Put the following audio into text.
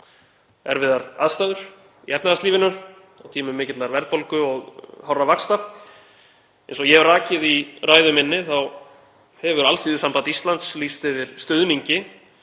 erfiðar aðstæður í efnahagslífinu, á tímum mikillar verðbólgu og hárra vaxta. Eins og ég hef rakið í ræðu minni hefur Alþýðusamband Íslands lýst yfir stuðningi